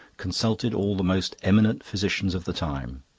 consulted all the most eminent physicians of the time.